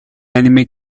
enemy